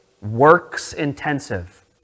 works-intensive